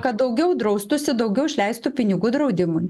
kad daugiau draustųsi daugiau išleistų pinigų draudimui